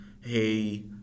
hey